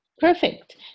Perfect